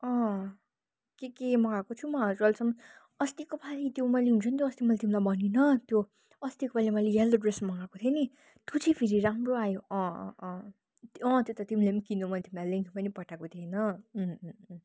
अँ के के मगाएको छु मगाएको छु अहिलेसम्म अस्तिको पालि त्यो मैले हुन्छ नि त्यो अस्ति मैले तिमीलाई भनिनँ त्यो अस्तिको पालि मैले यल्लो ड्रेस मगाएको थिएँ नि त्यो चाहिँ फेरि राम्रो आयो अँ अँ अँ त्यो त तिमीले पनि किन्यौ मैले तिमीलाई लिङ्क पनि पठाएको थिएँ होइन